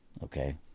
Okay